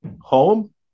Home